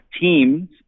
teams